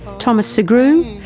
thomas sugrue,